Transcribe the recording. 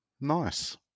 Nice